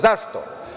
Zašto?